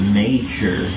major